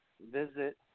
visit